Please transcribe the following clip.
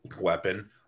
weapon